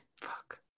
Fuck